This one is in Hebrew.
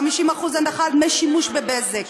50% הנחה על דמי שימוש ב"בזק",